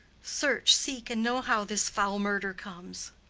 search, seek, and know how this foul murder comes.